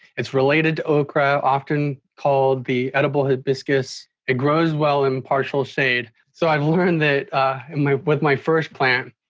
it's related to okra. often called the edible hibiscus. it grows well in partial shade. so i've learned that in my with my first plant,